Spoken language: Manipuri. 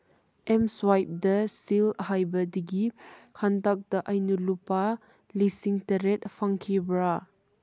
ꯑꯦꯝꯁ꯭ꯋꯥꯏꯞꯗ ꯁꯤꯜꯍꯩꯕꯗꯒꯤ ꯍꯟꯗꯛꯇ ꯑꯩꯅ ꯂꯨꯄꯥ ꯂꯤꯁꯤꯡ ꯇꯔꯦꯠ ꯐꯪꯈꯤꯕ꯭ꯔꯥ